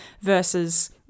versus